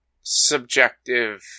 subjective